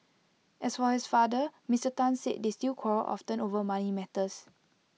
as for his father Mister Tan said they still quarrel often over money matters